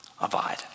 Abide